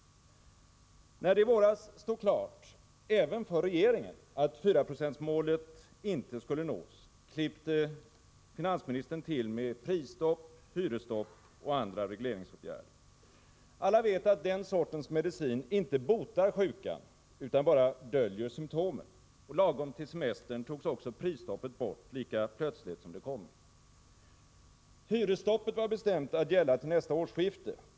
När det i våras stod klart även för regeringen att 4-procentsmålet inte skulle nås klippte finansministern till med prisstopp, hyresstopp och andra regleringsåtgärder. Alla vet att den sortens medicin inte botar sjukan utan bara döljer symtomen. Lagom till semestern togs också prisstoppet bort lika plötsligt som det hade kommit. Hyresstoppet var bestämt att gälla till nästa årsskifte.